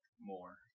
more